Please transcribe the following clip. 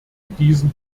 diesen